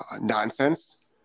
nonsense